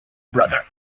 brother